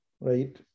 right